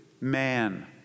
man